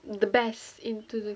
the best into th~